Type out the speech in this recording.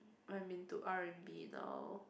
I'm into R and B now